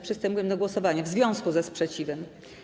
Przystępujemy do głosowania w związku ze sprzeciwem.